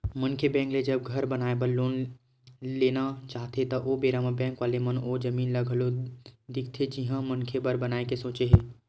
मनखे बेंक ले जब घर बनाए बर लोन लेना चाहथे ओ बेरा म बेंक वाले मन ओ जमीन ल घलो देखथे जिहाँ मनखे घर बनाए के सोचे हे